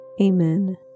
Amen